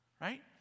right